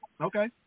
Okay